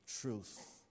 truth